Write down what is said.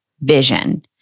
vision